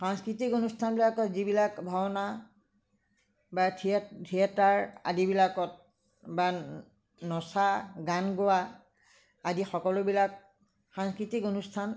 সাংস্কৃতিক অনুষ্ঠানবিলাকত যিবিলাক ভাওনা বা থিয়েটাৰ আদিবিলাকত বা নচা গান গোৱা আদি সকলোবিলাক সাংস্কৃতিক অনুষ্ঠান